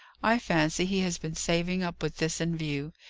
i fancy he has been saving up with this in view.